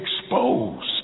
exposed